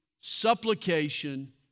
supplication